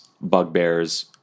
bugbears